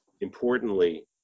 importantly